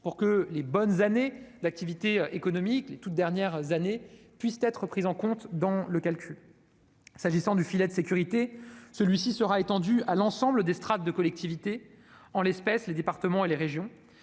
à ce que les bonnes années en matière d'activité économique, en d'autres termes les toutes dernières années, puissent être prises en compte dans ce calcul. Quant au filet de sécurité, il sera étendu à l'ensemble des strates de collectivités, en l'espèce, les départements et les régions.